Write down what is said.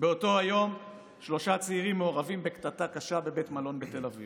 באותו היום שלושה צעירים מעורבים בקטטה קשה בבית מלון בתל אביב.